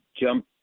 jump